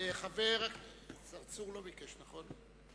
צרצור לא ביקש, נכון?